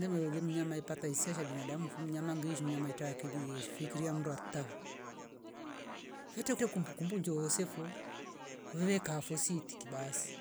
Nemule lemnyama ipata hisia sha binadu mfu mnayama ngeishi mnayam etakilie shikiria mnduwatavo, hetete kumbukumbu njoosefo mveka fosi itiki basi.